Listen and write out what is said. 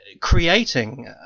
creating